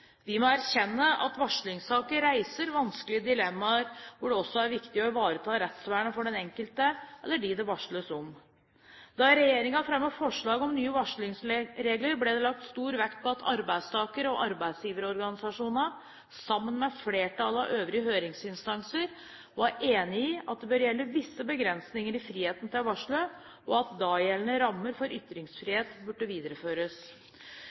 Vi må erkjenne at varslingssaker reiser vanskelige dilemmaer, hvor det også er viktig å ivareta rettsvernet for den enkelte, eller dem det varsles om. Da regjeringen fremmet forslag om nye varslingsregler, ble det lagt stor vekt på at arbeidstaker- og arbeidsgiverorganisasjonene, sammen med flertallet av øvrige høringsinstanser, var enige i at det bør gjelde visse begrensninger i friheten til å varsle, og at dagjeldende rammer for ytringsfrihet burde videreføres.